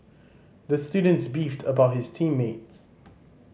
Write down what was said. the student beefed about his team mates